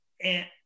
and-